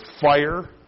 fire